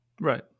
Right